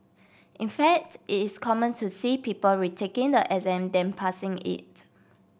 in fact it is common to see people retaking the exam than passing it